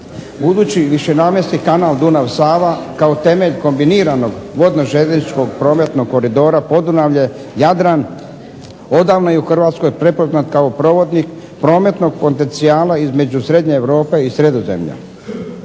Budući višenamjenski Kanal Dunav-Sava kao temelj kombinirano vodno-željezničkog prometnog koridora Podunavlje-Jadran odavno je u Hrvatskoj prepoznat kao provodnik prometnog potencijala između Srednje Europe i Sredozemlja.